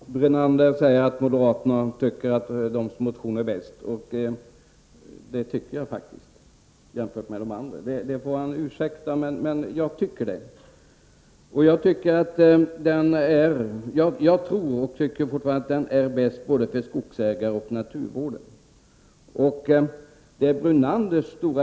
Herr talman! Lennart Brunander sade att moderaterna anser att deras motion är bäst. Det tycker jag faktiskt, i alla fall om man jämför med de andras förslag. Lennart Brunander får ursäkta, men det är min åsikt. Jag tror också att den moderata motionen bäst tillgodoser skogsägarnas och naturvårdens intressen.